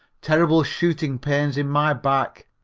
terrible shooting pains in my back!